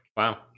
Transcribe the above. Wow